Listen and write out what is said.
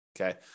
Okay